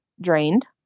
drained